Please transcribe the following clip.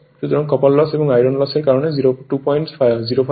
সুতরাং copper loss এবং iron loss এর কারণে 2051 3672 হবে